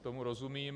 Tomu rozumím.